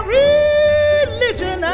religion